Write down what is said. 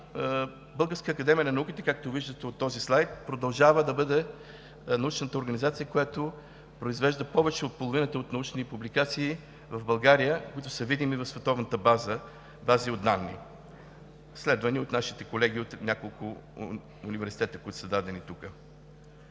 Българската академия на науките, както виждате от този слайд, продължава да бъде научната организация, която произвежда повече от половината от научните публикации в България, които са видими в световните бази от данни, следвани от нашите колеги от няколко университета, които са дадени тук.